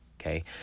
okay